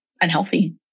unhealthy